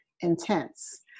intense